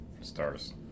stars